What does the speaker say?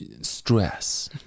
Stress